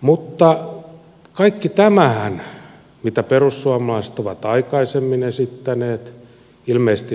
mutta ilmeisesti kaikki tämä mitä perussuomalaiset